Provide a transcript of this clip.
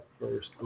first